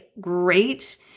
great